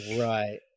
right